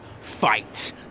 Fight